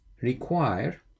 require